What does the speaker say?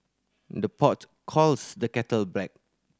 the pot calls the kettle black